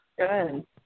Good